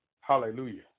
Hallelujah